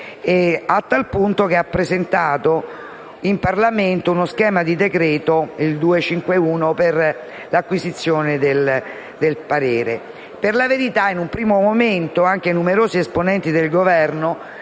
al punto che aveva presentato in Parlamento lo schema di decreto n. 251 per l'acquisizione del parere. Per la verità, in un primo momento, anche numerosi esponenti del Governo